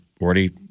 already